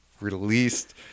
released